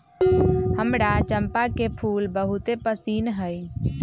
हमरा चंपा के फूल बहुते पसिन्न हइ